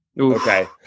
Okay